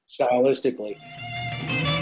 stylistically